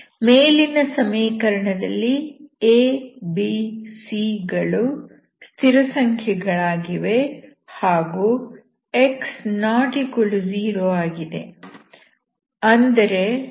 ಮೇಲಿನ ಸಮೀಕರಣದಲ್ಲಿ a b c ಗಳು ಸ್ಥಿರಸಂಖ್ಯೆಗಳಾಗಿವೆ ಹಾಗೂ x≠0 ಆಗಿದೆ